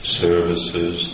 services